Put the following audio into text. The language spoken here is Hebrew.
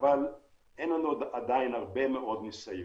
אבל אין לנו עדיין הרבה מאוד ניסיון.